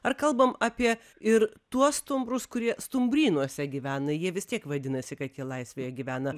ar kalbam apie ir tuos stumbrus kurie stumbrynuose gyvena jie vis tiek vadinasi kad jie laisvėje gyvena